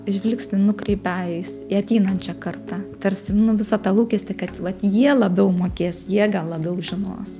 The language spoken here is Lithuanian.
žvilgsnį nukreipia į ateinančią kartą tarsi visą tą lūkestį kad vat jie labiau mokės jie gal labiau žinos